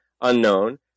unknown